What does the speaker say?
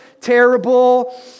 terrible